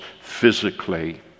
physically